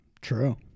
true